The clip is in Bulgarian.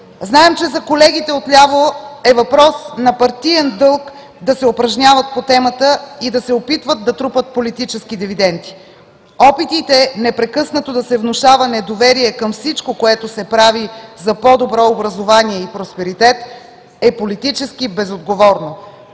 Знаем, че за колегите от ляво е въпрос на партиен дълг да се упражняват по темата и да се опитват да трупат политически дивиденти. Опитите непрекъснато да се внушава недоверие към всичко, което се прави за по-добро образование и просперитет е политически безотговорно.